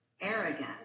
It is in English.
arrogant